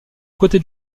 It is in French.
côté